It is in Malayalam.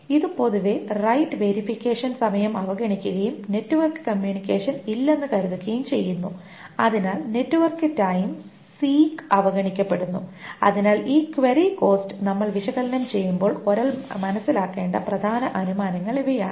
ഇത് പൊതുവെ റൈറ്റ് വെരിഫിക്കേഷൻ സമയം അവഗണിക്കുകയും നെറ്റ്വർക്ക് കമ്മ്യൂണിക്കേഷൻ ഇല്ലെന്ന് കരുതുകയും ചെയ്യുന്നു അതിനാൽ നെറ്റ്വർക്ക് ടൈം സീക്സ് അവഗണിക്കപ്പെടുന്നു അതിനാൽ ഈ ക്വയറി കോസ്റ്റ് നമ്മൾ വിശകലനം ചെയ്യുമ്പോൾ ഒരാൾ മനസ്സിലാക്കേണ്ട പ്രധാന അനുമാനങ്ങൾ ഇവയാണ്